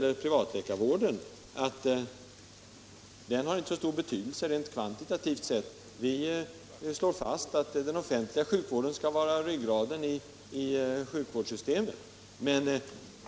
Den privata läkarvården har inte så stor betydelse rent kvantitativt sett. Vi slår fast att den offentliga sjukvården skall vara ryggraden i sjukvårdssystemet. Men